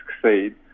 succeed